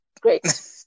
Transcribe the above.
Great